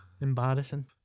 embarrassing